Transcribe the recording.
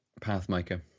Pathmaker